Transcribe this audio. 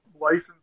license